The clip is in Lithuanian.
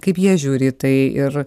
kaip jie žiūri į tai ir